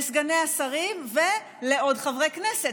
לסגני השרים ולעוד חברי כנסת,